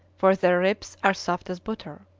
for their ribs are soft as butter.